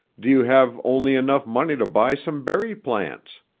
do you have only enough money to buy some berry plants?